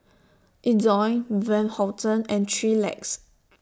Ezion Van Houten and three Legs